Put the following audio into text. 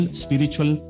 spiritual